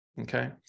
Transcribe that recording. Okay